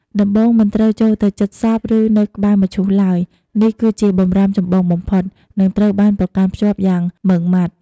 ដំបូង មិនត្រូវចូលទៅជិតសព ឬនៅក្បែរមឈូសឡើយ នេះគឺជាបម្រាមចម្បងបំផុត និងត្រូវបានប្រកាន់ខ្ជាប់យ៉ាងម៉ឺងម៉ាត់។